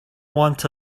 wanta